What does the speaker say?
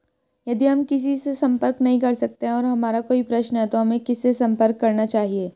यदि हम किसी से संपर्क नहीं कर सकते हैं और हमारा कोई प्रश्न है तो हमें किससे संपर्क करना चाहिए?